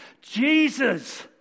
Jesus